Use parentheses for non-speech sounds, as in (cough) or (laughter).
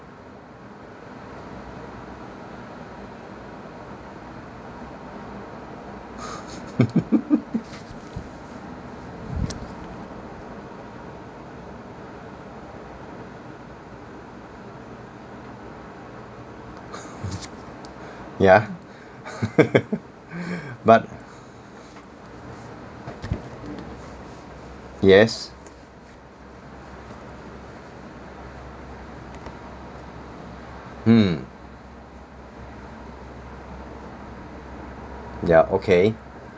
(laughs) (laughs) ya (laughs) but yes hmm ya okay